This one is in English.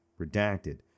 Redacted